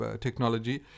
technology